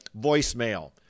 voicemail